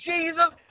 Jesus